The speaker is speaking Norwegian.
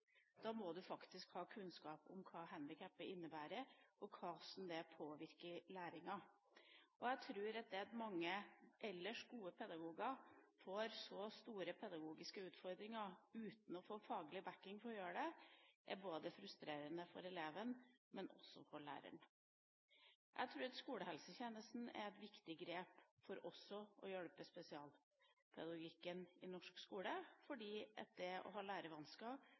Da må du faktisk ha kunnskap om hva handikappet innebærer, og hvordan det påvirker læringa. Jeg tror at det at mange ellers gode pedagoger får så store pedagogiske utfordringer uten å få faglig bakking, er frustrerende for både eleven og læreren. Jeg tror at skolehelsetjenesten er et viktig grep også for å hjelpe spesialpedagogikken i norsk skole, for det å ha